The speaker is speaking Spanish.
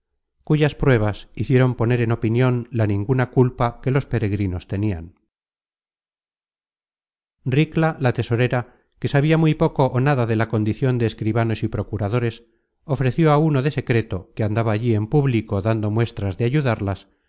cuyas pruebas hicieron poner en opinion la ninguna culpa que los peregrinos tenian ricla la tesorera que sabia muy poco ó nada de la condicion de escribanos y procuradores ofreció á uno de secreto que andaba allí en público dando muestras de ayudarlas